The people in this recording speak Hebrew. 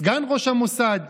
סגן ראש המוסד,